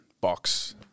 box